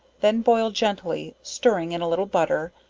then boil gently, stirring in a little butter,